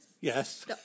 Yes